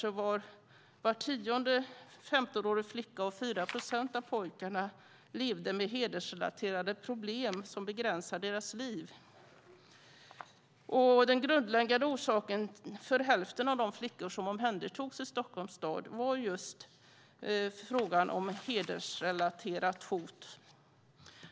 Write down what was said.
Det visade sig att var tionde 15-årig flicka och 4 procent av pojkarna lever med hedersrelaterade problem som begränsar deras liv. Den grundläggande orsaken för hälften av de flickor som omhändertogs i Stockholms stad var just hedersrelaterat hot.